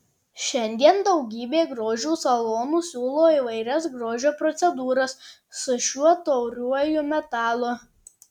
šiandien daugybė grožio salonų siūlo įvairias grožio procedūras su šiuo tauriuoju metalu